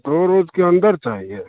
दो रोज के अन्दर चाहिए